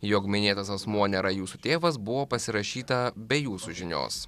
jog minėtas asmuo nėra jūsų tėvas buvo pasirašyta be jūsų žinios